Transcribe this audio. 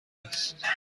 است